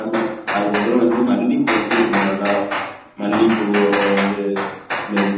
அது மாதிரி அதுக்கப்புறம் வந்து மல்லிகைப்பூ வந்து கொஞ்சம் நல்லா மல்லிகைப்பூ அப்புறம் வந்து இந்த இது